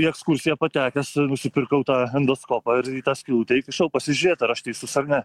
į ekskursiją patekęs nusipirkau tą endoskopą ir į tą skylutę įkišau pasižiūrėt ar aš teisus ar ne